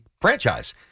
franchise